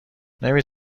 نمی